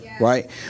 right